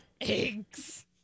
eggs